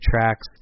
tracks